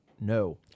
no